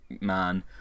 Man